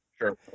Sure